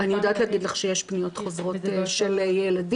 אני יודעת להגיד לך שיש פניות חוזרות של ילדים.